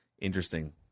Interesting